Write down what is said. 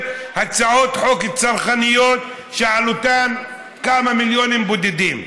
הצעות חוק צרכניות שעלותן כמה מיליונים בודדים.